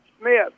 Smith